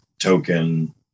token